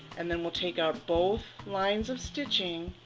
and then we'll take out both lines of stitching